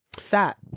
Stop